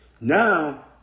Now